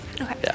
Okay